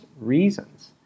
reasons